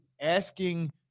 asking